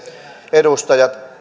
edustajat